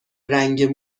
رنگ